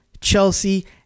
Chelsea